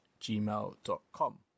gmail.com